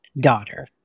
daughter